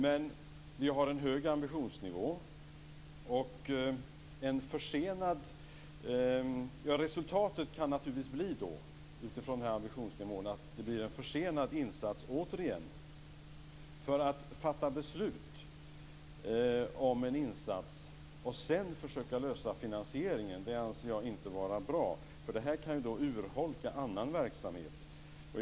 Men vi har en hög ambitionsnivå. Resultatet av denna ambitionsnivå kan naturligtvis bli att det återigen blir en försenad insats. Att fatta beslut om en insats och sedan försöka lösa finansieringen anser jag inte vara bra. Det kan urholka annan verksamhet.